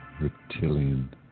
reptilian